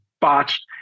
botched